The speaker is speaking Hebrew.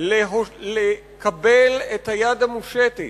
לקבל את היד המושטת,